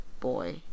Boy